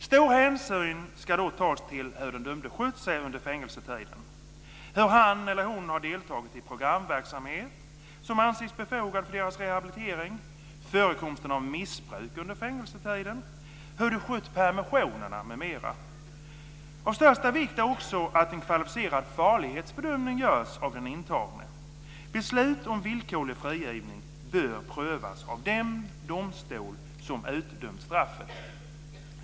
Stor hänsyn ska då tas till hur den dömde skött sig under fängelsetiden, hur han eller hon deltagit i den programverksamhet som anses befogad för deras rehabilitering, förekomst av missbruk under fängelsetiden, hur de skött permissionerna m.m. Av största vikt är också att en kvalificerad farlighetsbedömning görs av den intagne. Beslut om villkorlig frigivning bör prövas av den domstol som utdömt straffet.